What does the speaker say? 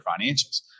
financials